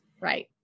Right